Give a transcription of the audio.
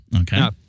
okay